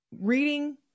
reading